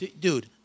Dude